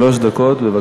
שלוש דקות.